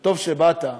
טוב שבאת.